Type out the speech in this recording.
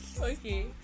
Okay